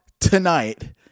tonight